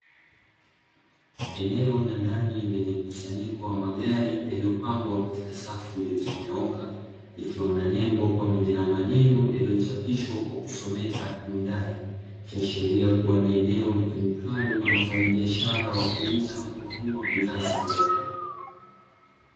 Eneo la ndani lenye mkusanyiko wa magari yaliyopangwa katika safu zilizonyooka, ikiwa na nembo pamoja na maneno yaliyochapishwa kwa kusomeka "HYUNDAI". Ikiashiria ni eneo litumikalo na wafanyibiashara wa kuuza na kununua bidhaa za magari.